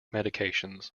medications